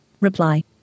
Reply